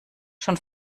schon